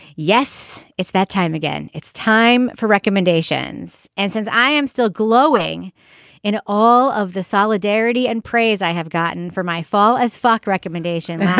yes it's that time again. it's time for recommendations. and since i am still glowing in all of the solidarity and praise i have gotten for my fall as fuck recommendation